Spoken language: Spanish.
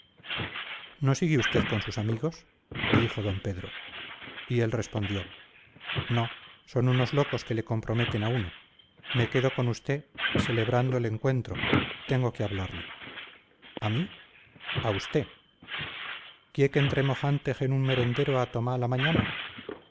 no sigue usted con sus amigos le dijo d pedro y él respondió no son unos locos que le comprometen a uno me quedo con usté selebrando el encuentro tengo que hablarle a mí a usté quié que entremoj antej en un merendero a tomá la mañana